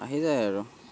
আহি যায় আৰু